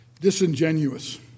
disingenuous